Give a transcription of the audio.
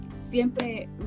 Siempre